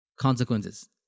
consequences